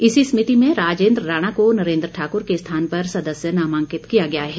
इसी समिति में राजेंद्र राणा को नरेंद्र ठाक्र के स्थान पर सदस्य नामांकित किया गया है